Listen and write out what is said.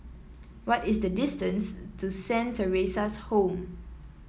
what is the distance to Saint Theresa's Home